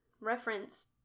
reference